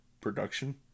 production